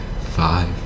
five